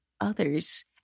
others